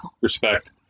Respect